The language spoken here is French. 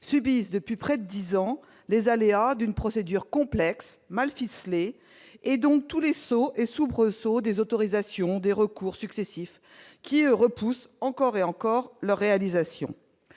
subissent depuis près de 10 ans, les aléas d'une procédure complexe, mal ficelé et donc tous les sauts et soubresauts des autorisations des recours successifs qui repousse encore et encore leur réalisation